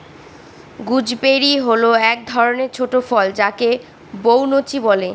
gooseberry হল এক ধরনের ছোট ফল যাকে বৈনচি বলে